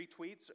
retweets